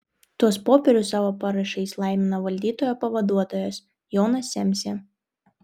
tuos popierius savo parašais laimino valdytojo pavaduotojas jonas semsė